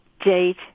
date